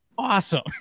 Awesome